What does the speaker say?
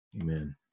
Amen